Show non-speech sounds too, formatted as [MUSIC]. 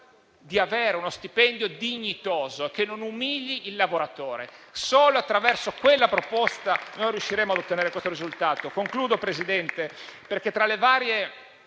di avere uno stipendio dignitoso, che non umili il lavoratore: [APPLAUSE] solo attraverso quella proposta riusciremo ad ottenere questo risultato. Concludo, signor Presidente, perché tra le varie